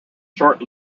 short